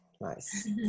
Nice